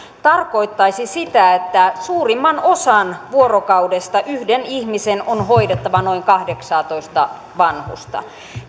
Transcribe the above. tarkoittaisi sitä että suurimman osan vuorokaudesta yhden ihmisen on hoidettava noin kahdeksaatoista vanhusta